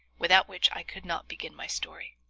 without which i could not begin my story.